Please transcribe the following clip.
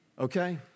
okay